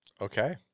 okay